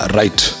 right